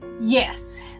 Yes